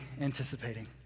anticipating